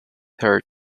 her